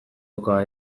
oka